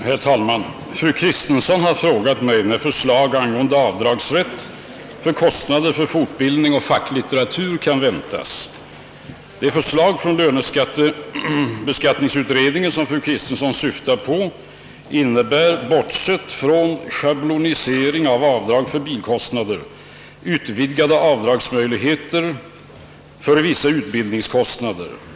Herr talman! Fru Kristensson har frågat mig när förslag angående avdragsrätt för kostnader för fortbildning och för facklitteratur kan förväntas. Det förslag från lönebeskattningsutredningen som fru Kristensson syftar på innebar — bortsett från schablonisering av avdrag för bilkostnader — utvidgade avdragsmöjligheter för vissa utbildningskostnader.